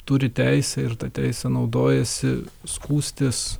turi teisę ir ta teise naudojasi skųstis